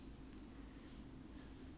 sickening leh